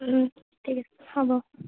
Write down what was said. ঠিক আছে হ'ব